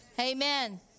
amen